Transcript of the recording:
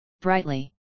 brightly